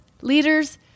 leaders